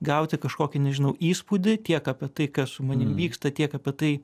gauti kažkokį nežinau įspūdį tiek apie tai kas su manim vyksta tiek apie tai